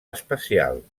espacial